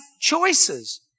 choices